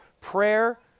Prayer